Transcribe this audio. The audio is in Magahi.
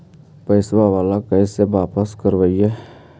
पैसा बाला कैसे बापस करबय?